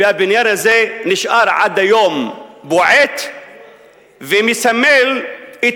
והבניין הזה נשאר עד היום בועט ומסמל את